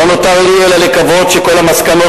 לא נותר לי אלא לקוות שכל המסקנות,